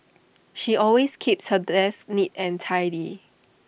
she always keeps her desk neat and tidy